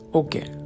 okay